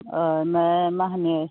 मा होनो